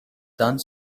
done